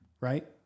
Right